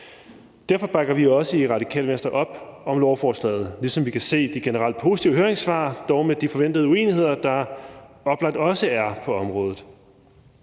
Derfor bakker vi også i Radikale Venstre op om lovforslaget, ligesom vi kan se at de generelt positive høringssvar gør, dog med de forventede uenigheder, der oplagt også er på området.